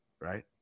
right